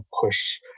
push